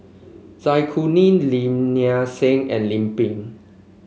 Zai Kuning Lim Nang Seng and Lim Pin